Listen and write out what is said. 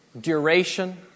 duration